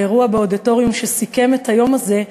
באירוע באודיטוריום שסיכם את היום הזה,